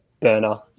burner